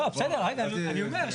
לא, בסדר, אני אומר.